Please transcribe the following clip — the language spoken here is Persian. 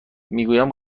میگویم